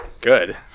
Good